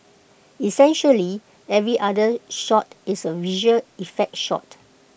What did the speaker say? essentially every other shot is A visual effect shot